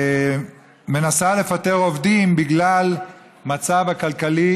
מנסה לפטר עובדים בגלל המצב הכלכלי,